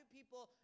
people